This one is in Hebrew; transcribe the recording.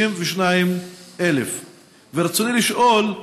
32,000. רצוני לשאול: